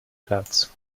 platz